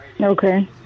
Okay